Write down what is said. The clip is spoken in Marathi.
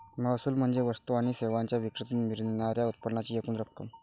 महसूल म्हणजे वस्तू आणि सेवांच्या विक्रीतून मिळणार्या उत्पन्नाची एकूण रक्कम